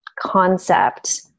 concept